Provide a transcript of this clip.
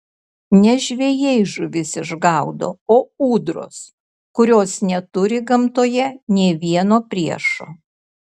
ne žvejai žuvis išgaudo o ūdros kurios neturi gamtoje nė vieno priešo